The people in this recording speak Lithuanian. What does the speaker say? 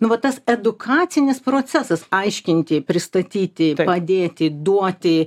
nu vat tas edukacinis procesas aiškinti pristatyti padėti duoti